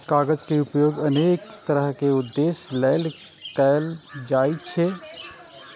कागज के उपयोग अनेक तरहक उद्देश्य लेल कैल जाइ छै